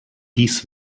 dies